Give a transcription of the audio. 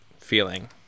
feeling